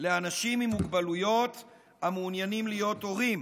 לאנשים עם מוגבלויות המעוניינים להיות הורים,